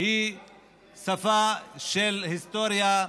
היא שפה של היסטוריה,